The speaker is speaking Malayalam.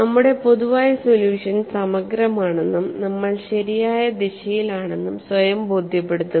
നമ്മുടെ പൊതുവായ സൊല്യൂഷൻ സമഗ്രമാണെന്നും നമ്മൾ ശരിയായ ദിശയിലാണെന്നും സ്വയം ബോധ്യപ്പെടുത്തുക